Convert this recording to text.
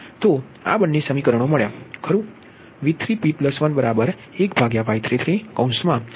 તો આ બંને સમીકરણો મળ્યાં ખરું